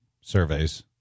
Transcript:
surveys